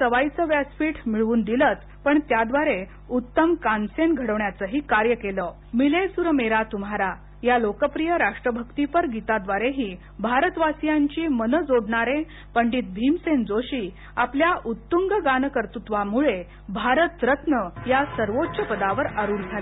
सवाई च व्यासपीठ मिळवून दिलच पण त्याद्वारे उत्तम कानसेन घडवण्याच हि कार्य केल मिले सूर मेरा तुम्हारा या लोकप्रिय राष्ट्रभकीपर गीताद्वारे भारतवासीयांची मन जोडणारे पंडित भीमसेन जोशी आपल्या उत्तुंग गानकर्तृत्वामुळे भारतरत्न या सर्वोच्च पदावर आरूढ झाले